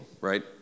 right